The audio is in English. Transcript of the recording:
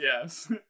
Yes